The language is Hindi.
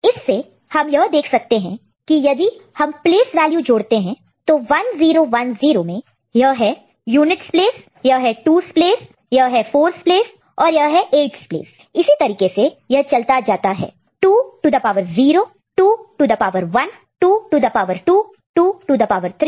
इससे हम यह देख सकते हैं कि यदि हम प्लेस वैल्यू जोड़ते ऐड addजाएं तो 1 0 1 0 में यह है यूनिट प्लेस यह है 2's प्लेस यह है 4's प्लेस और यह है 8's प्लेस इसी तरीके से यह चलता जाता है 2 to the power 0 2 to the power 1 2 to the power 2 2 to the power 3